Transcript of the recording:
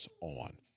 on